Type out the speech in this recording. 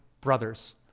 brothers